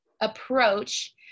approach